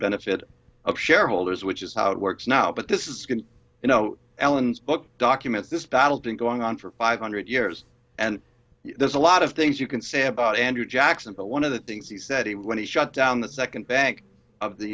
benefit of shareholders which is how it works now but this is you know ellen's book documents this battle been going on for five hundred years and there's a lot of things you can say about andrew jackson but one of the things he said when he shut down the second bank of the